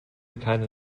keine